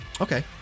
Okay